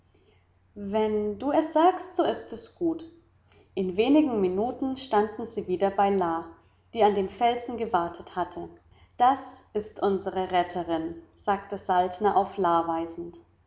wenn du es sagst so ist es gut in wenigen minuten standen sie wieder bei la die an dem felsen gewartet hatte das ist unsre retterin sagte saltner auf